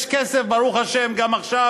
יש כסף, ברוך השם, גם עכשיו.